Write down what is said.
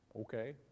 Okay